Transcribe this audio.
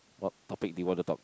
what topic do you want to talk